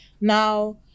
now